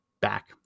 back